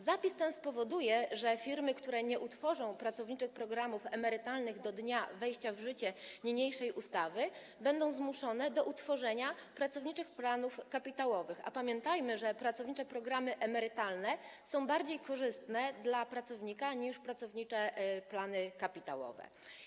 Zapis ten spowoduje, że firmy, które nie utworzą pracowniczych programów emerytalnych do dnia wejścia w życie niniejszej ustawy, będą zmuszone do utworzenia pracowniczych planów kapitałowych, a pamiętajmy, że pracownicze programy emerytalne są bardziej korzystne dla pracownika niż pracownicze plany kapitałowe.